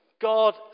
God